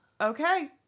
okay